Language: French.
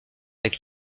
avec